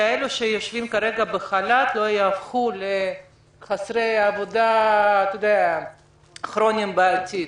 כדי שאלה שכרגע יושבים בחל"ת לא יהפכו לחסרי עבודה כרוניים בעתיד?